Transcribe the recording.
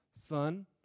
son